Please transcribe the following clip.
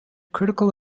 critical